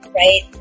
right